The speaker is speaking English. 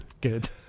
good